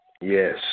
Yes